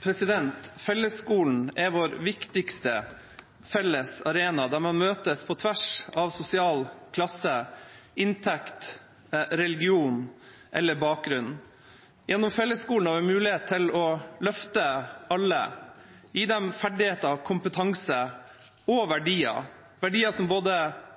PPU.» Fellesskolen er vår viktigste felles arena der man møtes på tvers av sosial klasse, inntekt, religion eller bakgrunn. Gjennom fellesskolen har vi mulighet til å løfte alle, gi dem ferdigheter, kompetanse og verdier, verdier som både